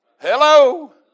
Hello